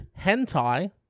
hentai